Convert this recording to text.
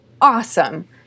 awesome